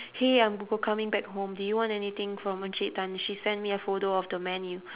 hey I'm go~ coming back home do you want anything from encik tan and she sent me a photo of the menu